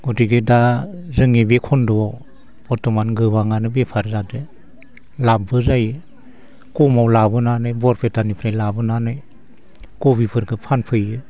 गथिखे दा जोंनि बे खोन्दोआव बरथ'मान गोबांआनो बेफार जादों लाभबो जायो खमाव लाबोनानै बरपेटानिफ्राय लाबोनानै कबिफोरखौ फानफैयो